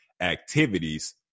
activities